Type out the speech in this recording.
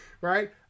right